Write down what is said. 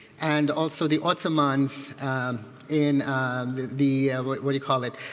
and also the ottomans in the what what do you call it?